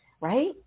right